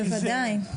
בוודאי.